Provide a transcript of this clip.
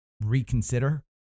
Reconsider